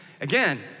Again